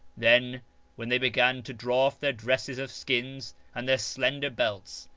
then when they began to draw off their dresses of skins and their slender belts,